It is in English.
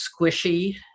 squishy